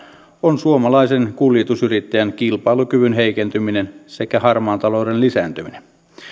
on suomalaisen kuljetusyrittäjän kilpailukyvyn heikentyminen sekä harmaan talouden lisääntyminen esimerkiksi